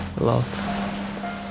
love